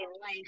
life